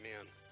amen